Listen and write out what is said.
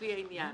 לפי העניין,